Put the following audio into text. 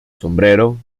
sombrero